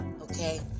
Okay